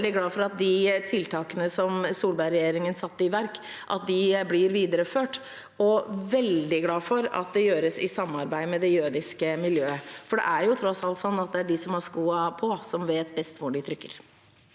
Jeg er veldig glad for at de tiltakene Solberg-regjeringen satte i verk, blir videreført, og veldig glad for at det gjøres i samarbeid med det jødiske miljøet. Det er tross alt sånn at det er de som har skoene på, som vet best hvor de trykker.